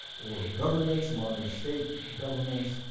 or governments, modern state governments,